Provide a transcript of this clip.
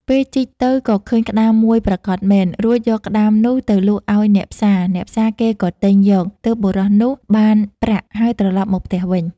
ពេលជីកទៅក៏ឃើញក្ដាមមួយប្រាកដមែន រួចយកក្ដាមនោះទៅលក់ឲ្យអ្នកផ្សារៗគេក៏ទិញយក ទើបបុរសនោះបានប្រាក់ហើយត្រឡប់មកផ្ទះវិញ ។